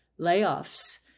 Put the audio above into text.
layoffs